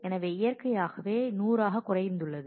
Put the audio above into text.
எனவே இயற்கையாகவே 100 ஆகக் குறைந்துள்ளது